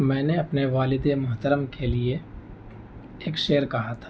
میں نے اپنے والدے محترم کے لیے ایک شعر کہا تھا